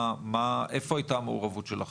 איפה הייתה המעורבות שלכם?